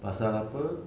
pasal apa